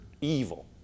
evil